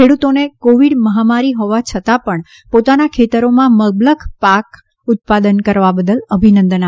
ખેડૂતોને કોવિડ મહામારી હોવા છતાં પણ પોતાના ખેતરોમાં મબલખ પાક ઉત્પાદન કરવા બદલ અભિનંદન આપ્યા હતા